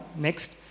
next